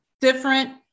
different